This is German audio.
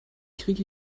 kriege